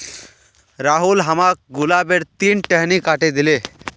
राहुल हमाक गुलाबेर तीन टहनी काटे दिले